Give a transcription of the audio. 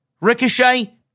Ricochet